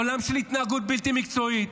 עולם של התנהגות בלתי מקצועית.